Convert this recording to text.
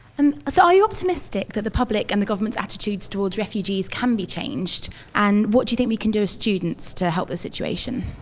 um so you optimistic that the public and the government's attitudes towards refugees can be changed and what do you think we can do as students to help the situation?